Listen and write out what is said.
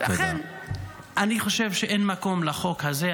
לכן אני חושב שאין מקום לחוק הזה,